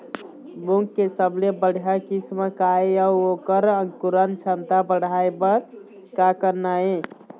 मूंग के सबले बढ़िया किस्म का ये अऊ ओकर अंकुरण क्षमता बढ़ाये बर का करना ये?